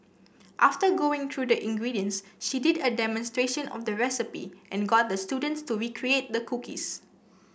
after going through the ingredients she did a demonstration of the recipe and got the students to recreate the cookies